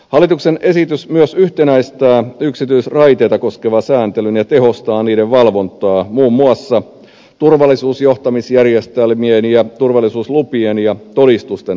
hallituksen esitys myös yhtenäistää yksityisraiteita koskevan sääntelyn ja tehostaa niiden valvontaa muun muassa turvallisuusjohtamisjärjestelmien ja turvallisuuslupien ja todistusten osalta